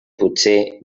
potser